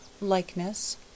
likeness